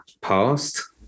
past